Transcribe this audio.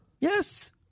Yes